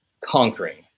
conquering